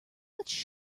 much